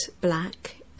black